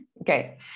okay